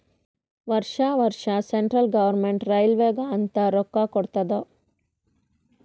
ವರ್ಷಾ ವರ್ಷಾ central government ರೈಲ್ವೇಗ ಅಂತ್ ರೊಕ್ಕಾ ಕೊಡ್ತಾದ್